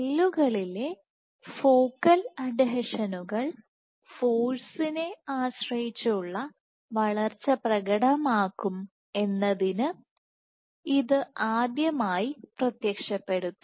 സെല്ലുകളിലെ focal അഡ്ഹീഷനുകൾ ഫോഴ്സിനെ ആശ്രയിച്ചുള്ള വളർച്ച പ്രകടമാക്കും എന്നതിനെ ഇത് ആദ്യമായി പ്രത്യക്ഷപ്പെടുത്തി